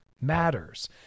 matters